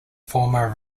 former